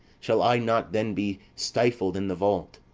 shall i not then be stifled in the vault,